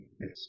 yes